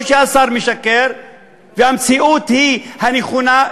או שהשר משקר והמציאות היא הנכונה,